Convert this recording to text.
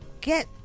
get